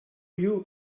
you